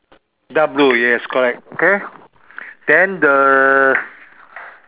dark blue yes correct okay then the